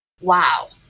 Wow